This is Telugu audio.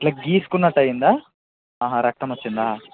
ఇట్ల గీసుకున్నట్టు అయ్యిందా రక్తం వచ్చిందా